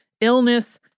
illness